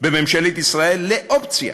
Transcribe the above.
בממשלת ישראל לאופציה.